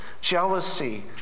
jealousy